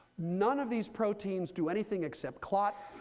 none of these proteins do anything, except clot.